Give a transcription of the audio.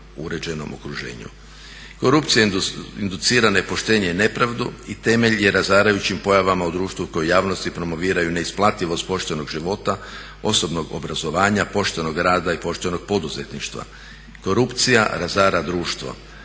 Korupcija inducira nepoštenje i nepravdu i temelj je razarajućim pojavama u društvu koje u javnosti promoviraju neisplativost poštenog života, osobnog obrazovanja, poštenog rada i poštenog poduzetništva. Korupcija razara društvo,